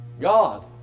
God